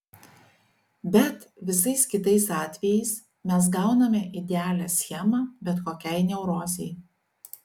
bet visais kitais atvejais mes gauname idealią schemą bet kokiai neurozei